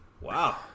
Wow